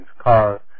cars